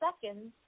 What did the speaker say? seconds